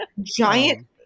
giant